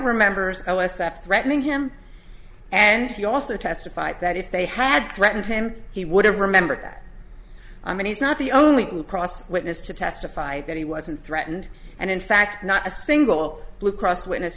remembers i s f threatening him and he also testified that if they had threatened him he would have remembered that i mean he's not the only blue cross witness to testify that he wasn't threatened and in fact not a single blue cross witness